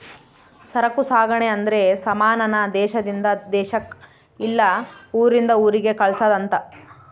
ಸರಕು ಸಾಗಣೆ ಅಂದ್ರೆ ಸಮಾನ ನ ದೇಶಾದಿಂದ ದೇಶಕ್ ಇಲ್ಲ ಊರಿಂದ ಊರಿಗೆ ಕಳ್ಸದ್ ಅಂತ